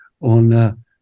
on